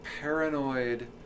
paranoid